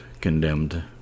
condemned